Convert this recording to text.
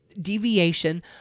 deviation